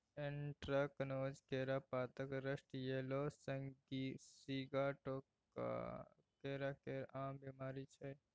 anthracnose, केरा पातक rust, yellow Sigatoka केरा केर आम बेमारी छै